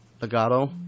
Legato